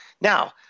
Now